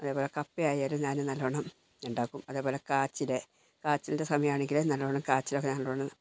അതേപോലെ കപ്പ ആയാലും ഞാൻ നല്ലവണ്ണം ഉണ്ടാക്കും അതേപോലെ കാച്ചിൽ കാച്ചിലിൻറ്റെ സമയം ആണെങ്കിൽ നല്ലവണ്ണം കാച്ചിലൊക്കെ ഞാൻ